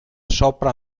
sopra